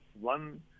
one